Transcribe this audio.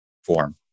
form